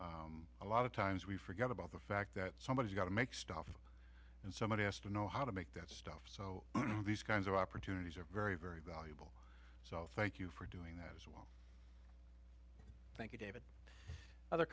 a lot of times we forget about the fact that somebody's got to make stuff and somebody has to know how to make that stuff so these kinds of opportunities are very very valuable so thank you for doing thank you david other